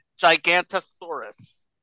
Gigantosaurus